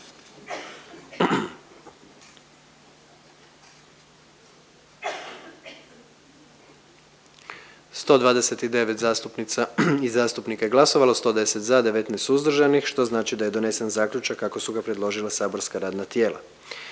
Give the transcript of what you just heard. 129 zastupnica i zastupnika glasovalo, 118 za, 11 suzdržanih pa je donesen zaključak kako su ga predložila saborska radna tijela.